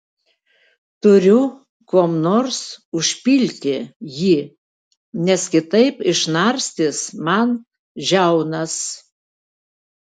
turiu kuom nors užpilti jį nes kitaip išnarstys man žiaunas